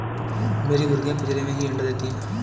मेरी मुर्गियां पिंजरे में ही अंडा देती हैं